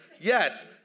yes